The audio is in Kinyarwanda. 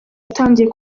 yatangiye